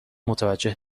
متوجه